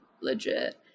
legit